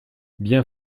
bien